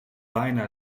bijna